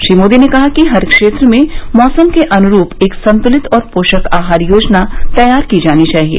श्री मोदी ने कहा कि हर क्षेत्र में मौसम के अनुरूप एक संतुलित और पोषक आहार योजना तैयार की जानी चाहिए